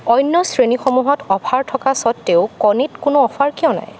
অন্য শ্ৰেণীসমূহত অফাৰ থকা স্বত্তেও কণীত কোনো অফাৰ কিয় নাই